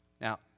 Now